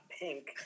pink